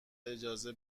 اجازه